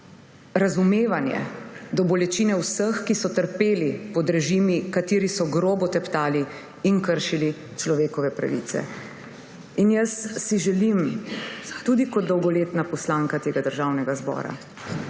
razumevanje do bolečine vseh, ki so trpeli pod režimi, ki so grobo teptali in kršili človekove pravice. Jaz si želim tudi kot dolgoletna poslanka Državnega zbora,